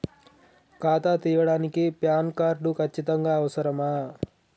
ఖాతా తీయడానికి PAN card ఖచ్చితంగా అవసరమా?